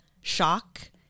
shock